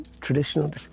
traditional